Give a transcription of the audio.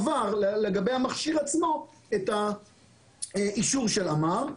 המכשיר עצמו עבר את האישור של אמ"ר,